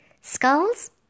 Skulls